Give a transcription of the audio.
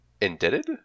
Indebted